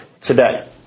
today